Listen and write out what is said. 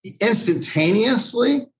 instantaneously